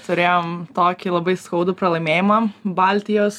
turėjom tokį labai skaudų pralaimėjimą baltijos